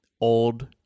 old